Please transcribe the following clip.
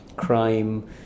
crime